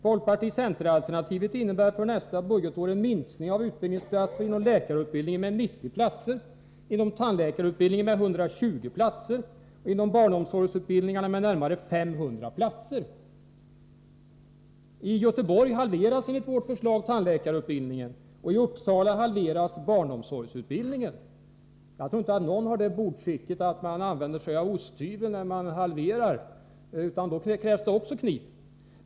Folkparti-centern-alternativet innebär för nästa budgetår en minskning av utbildningsplatser inom läkarutbildningen med 90, inom tandläkarutbildningen med 120 och inom barnomsorgsutbildningen med närmare 500. I Göteborg halveras enligt vårt förslag tandläkarutbildningen och i Uppsala halveras barnomsorgsutbildningen. Jag tror inte någon har det bordsskicket att han använder osthyvel när han halverar, utan då krävs det en kniv.